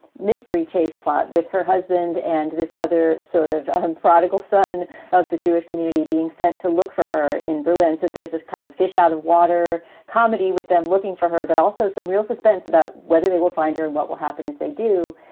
mystery chase plot with her husband and this other sort of um prodigal son of the jewish community being sent to look for her in berlin. so there's a kind of fish out of water comedy with them looking for her, but also some real suspense about whether they will find her and what will happen if they do.